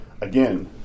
Again